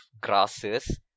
grasses